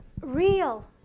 real